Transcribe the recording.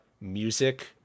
music